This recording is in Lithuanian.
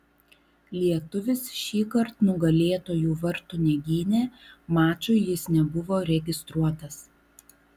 lietuvis šįkart nugalėtojų vartų negynė mačui jis nebuvo registruotas